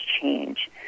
change